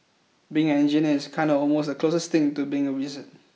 being an engineer is kinda almost the closest thing to being a wizard